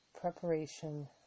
preparation